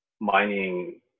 mining